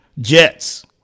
Jets